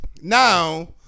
now